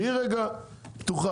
תהיי רגע פתוחה,